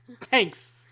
Thanks